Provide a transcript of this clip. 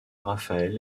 raphaël